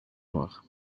noires